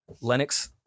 Lennox